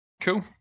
cool